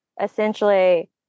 essentially